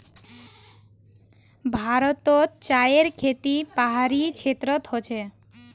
भारतोत चायर खेती पहाड़ी क्षेत्रोत होचे